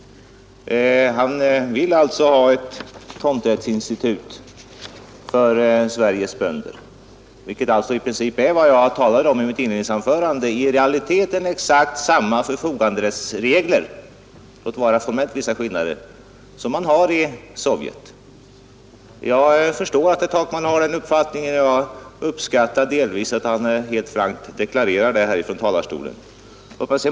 Han vill alltså ha ett tomträttsinstitut för Sveriges bönder, vilket i princip är vad jag talade om i mitt inledningsanförande. I realiteten blir det exakt samma förfoganderättsregler — låt vara att det formellt blir vissa skillnader — som man har i Sovjet. Jag förstår att herr Takman har den uppfattningen, och jag uppskattar att han helt frankt deklarerar den från talarstolen.